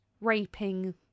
raping